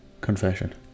confession